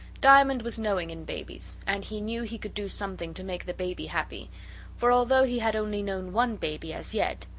diamond was knowing in babies, and he knew he could do something to make the baby, happy for although he had only known one baby as yet,